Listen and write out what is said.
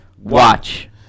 watch